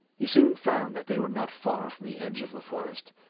he soon found that they were not far from the edge of the forest,